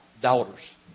daughters